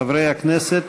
חברי הכנסת,